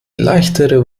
leichtere